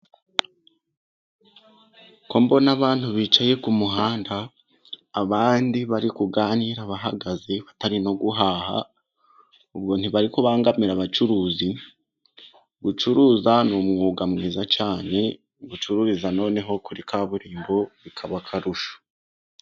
Ko mbona abantu bicaye ku muhanda abandi bari kuganira, bahagaze batari no guhaha, ubwo ntibari kubangamira abacuruzi? Gucuruza ni umwuga mwiza, cyane gucururiza noneho kuri kaburimbo bikaba akarusho.